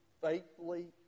faithfully